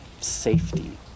safety